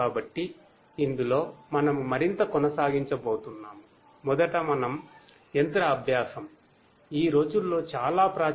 కాబట్టి ఇందులో మనము మరింత కొనసాగించబోతున్నాము